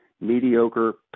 mediocre